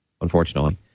unfortunately